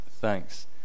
Thanks